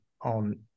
on